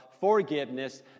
forgiveness